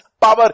power